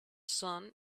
son